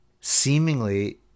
seemingly